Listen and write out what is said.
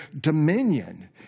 dominion